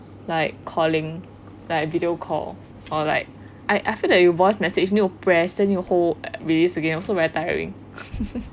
like calling like video call or like I I feel like voice message need to press then you hold release again also very tiring